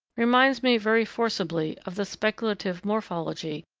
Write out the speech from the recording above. reminds me very forcibly of the speculative morphology,